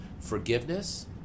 forgiveness